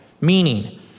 meaning